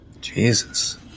jesus